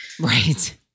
Right